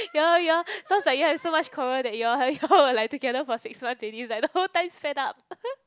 ya lor ya lor sounds like you all have so much quarrels that you all have you all like together for six months already is like the whole time sped up